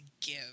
give